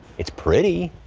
it's pretty.